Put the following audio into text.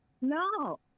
No